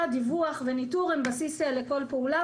הדובר הראשון שהיה אמור להיות שם היה השר להגנת הסביבה,